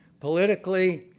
politically,